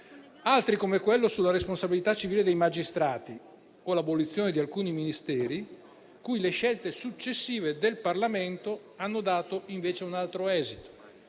altri, come a quello sulla responsabilità civile dei magistrati o a quello sull'abolizione di alcuni Ministeri, le scelte successive del Parlamento hanno dato invece un altro esito.